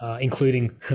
including